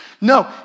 No